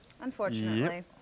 Unfortunately